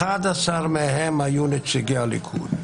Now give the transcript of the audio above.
11 מהם היו נציגי הליכוד: